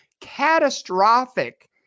catastrophic